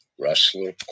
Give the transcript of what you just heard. rustler